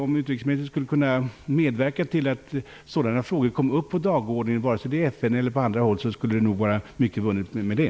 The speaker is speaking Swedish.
Om utrikesministern kunde medverka till att sådana frågor kom upp på dagordningen, i FN eller på andra håll, skulle mycket vara vunnet med det.